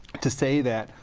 to say that,